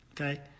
okay